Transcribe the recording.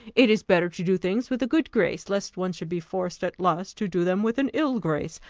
it is better to do things with a good grace, lest one should be forced at last to do them with an ill grace.